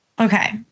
Okay